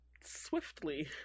swiftly